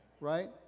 right